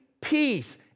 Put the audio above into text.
peace